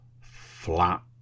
flat